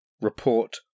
Report